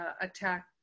attack